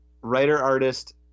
writer-artist